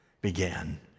began